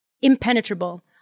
impenetrable